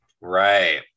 Right